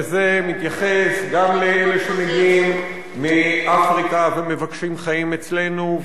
וזה מתייחס גם לאלה שמגיעים מאפריקה ומבקשים חיים אצלנו,